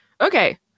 Okay